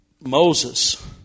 Moses